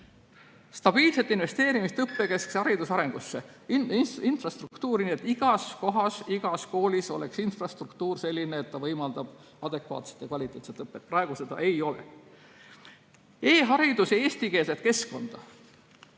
stabiilset investeerimist õppijakeskse hariduse arengusse, infrastruktuuri, nii et igas kohas, igas koolis oleks infrastruktuur selline, et see võimaldab adekvaatset ja kvaliteetset õpet. Praegu seda ei ole. E-hariduse jaoks oodatakse eestikeelset keskkonda.